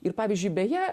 ir pavyzdžiui beje